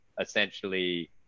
essentially